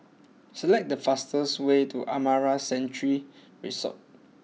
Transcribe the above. select the fastest way to Amara Sanctuary Resort